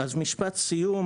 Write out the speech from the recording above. אז משפט סיום,